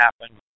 happen